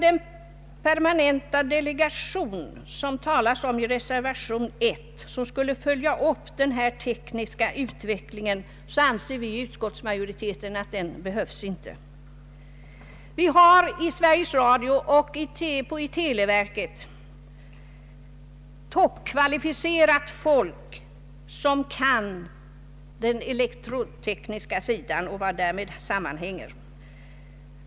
Den permanenta delegation som det talas om i reservation 1 a och som skulle följa upp denna tekniska utveckling behövs enligt utskottsmajoritetens uppfattning inte. Vi har vid Sveriges Ra dio och i televerket toppkvalificerat folk på den elektrotekniska sidan och vad därmed sammanhänger.